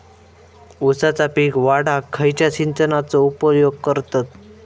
ऊसाचा पीक वाढाक खयच्या सिंचनाचो उपयोग करतत?